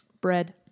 Bread